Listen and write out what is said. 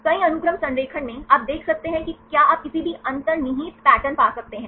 कई अनुक्रम संरेखण में आप देख सकते हैं कि क्या आप किसी भी अंतर्निहित पैटर्न पा सकते हैं